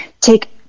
take